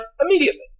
immediately